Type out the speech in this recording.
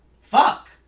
fuck